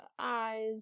eyes